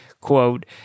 quote